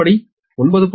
அடிப்படை 9